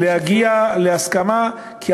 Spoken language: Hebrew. אבקש לסיים.